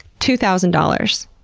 two thousand dollars?